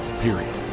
Period